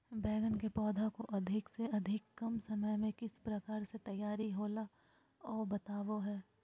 बैगन के पौधा को अधिक से अधिक कम समय में किस प्रकार से तैयारियां होला औ बताबो है?